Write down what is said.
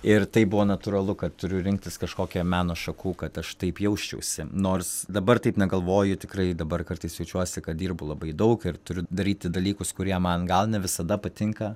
ir tai buvo natūralu kad turiu rinktis kažkokią meno šakų kad aš taip jausčiausi nors dabar taip negalvoju tikrai dabar kartais jaučiuosi kad dirbu labai daug ir turiu daryti dalykus kurie man gal ne visada patinka